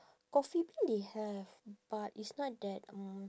coffee bean they have but it's not that mm